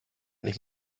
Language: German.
nicht